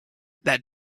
that